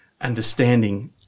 understanding